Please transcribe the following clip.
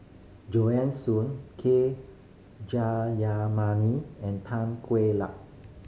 Joan Soon K Jayamani and Tan Kueh Luck